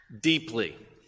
deeply